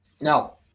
No